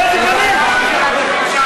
תשכחו מזה.